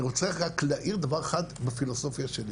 אני רוצה רק להעיר דבר אחד בפילוסופיה שלי.